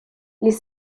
les